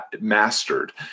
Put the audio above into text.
mastered